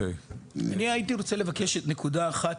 אני הייתי רוצה לבקש נקודה אחת,